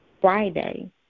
Friday